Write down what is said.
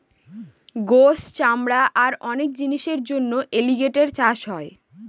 গোস, চামড়া আর অনেক জিনিসের জন্য এলিগেটের চাষ হয়